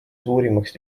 suurimaks